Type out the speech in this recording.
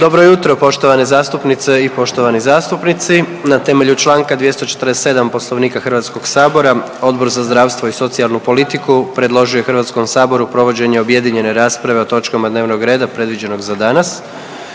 Dobro jutro poštovane zastupnice i poštovani zastupnici. Na temelju čl. 247. Poslovnika HS Odbor za zdravstvo i socijalnu politiku predložio je HS provođenje objedinjene rasprave o točkama dnevnog reda predviđenog za danas,